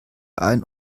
ein